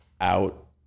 out